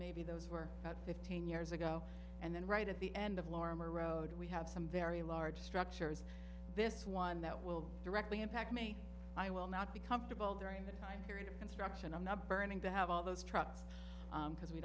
maybe those were about fifteen years ago and then right at the end of lorimer road we have some very large structures this one that will directly impact me i will not be comfortable during the time period of construction i'm not burning to have all those trucks because we